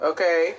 Okay